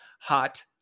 hot